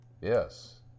Yes